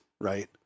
right